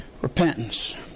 repentance